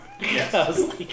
Yes